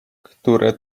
które